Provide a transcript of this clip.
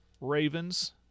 Ravens